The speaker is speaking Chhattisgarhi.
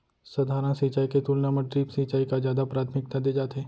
सधारन सिंचाई के तुलना मा ड्रिप सिंचाई का जादा प्राथमिकता दे जाथे